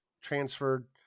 transferred